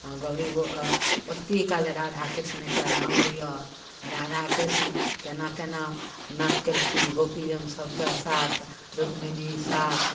गौरी गो ओतेक काल राधा कृष्णके नाम लिअ राधा कृष्ण केना केना नाच कयलखिन गोपियनके साथ रुक्मिणी साथ